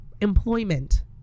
employment